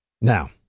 Now